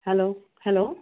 hello hello